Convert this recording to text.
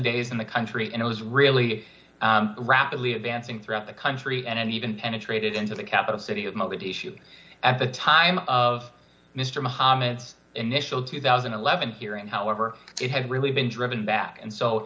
days in the country and it was really rapidly advancing throughout the country and even penetrated into the capital city of mogadishu at the time of mr muhammad initial two thousand and eleven here and however it had really been driven back and so